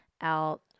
out